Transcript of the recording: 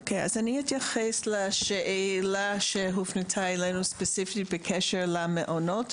אני אתייחס לשאלה שהופנתה אלינו ספציפית בקשר למעונות,